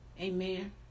Amen